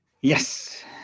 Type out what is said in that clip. Yes